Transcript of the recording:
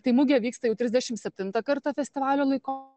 tai mugė vyksta jau trisdešim septintą kartą festivalio laiko